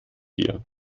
hier